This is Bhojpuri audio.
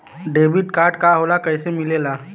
डेबिट कार्ड का होला कैसे मिलेला?